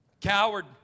Coward